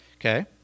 Okay